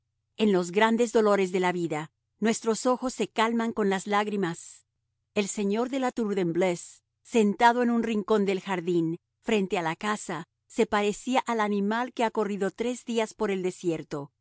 en los grandes dolores de la vida nuestros ojos se calman con las lágrimas el señor de la tour de embleuse sentado en un rincón del jardín frente a la casa se parecía al animal que ha corrido tres días por el desierto